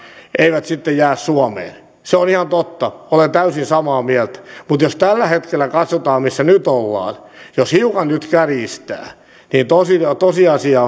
eivät sitten jää suomeen se on ihan totta olen täysin samaa mieltä mutta jos tällä hetkellä katsotaan missä nyt ollaan ja jos hiukan nyt kärjistää niin tosiasia